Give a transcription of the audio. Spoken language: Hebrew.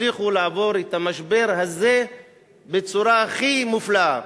הצליחו לעבור את המשבר הזה בצורה הכי מופלאה.